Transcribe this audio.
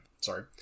sorry